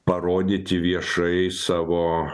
parodyti viešai savo